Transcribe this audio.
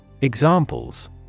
Examples